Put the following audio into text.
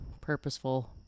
purposeful